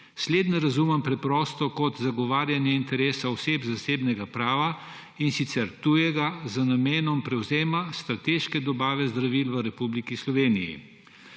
Slednje razumem preprosto kot zagovarjanje interesa oseb zasebnega prava, in sicer tujega, z namenom prevzema strateške dobave zdravil v Republiki Sloveniji.